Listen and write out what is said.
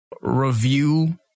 review